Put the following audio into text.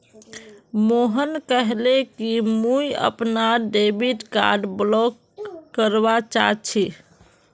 मोहन कहले कि मुई अपनार डेबिट कार्ड ब्लॉक करवा चाह छि